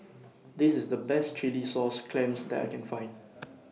This IS The Best Chilli Sauce Clams that I Can Find